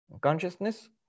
consciousness